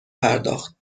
پرداخت